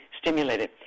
stimulated